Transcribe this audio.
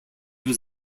was